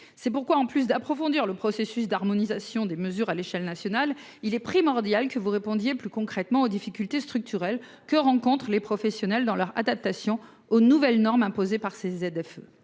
C'est pourquoi, en sus d'approfondir le processus d'harmonisation des mesures à l'échelon national, il est primordial que vous répondiez plus concrètement aux difficultés structurelles que rencontrent les professionnels dans leur adaptation aux nouvelles normes imposées par ces ZFE.